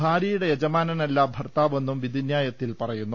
ഭാര്യയുടെ യജമാനനല്ല ഭർത്താവെന്നും വിധിന്യായത്തിൽ പറയുന്നു